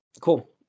Cool